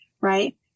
Right